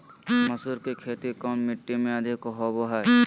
मसूर की खेती कौन मिट्टी में अधीक होबो हाय?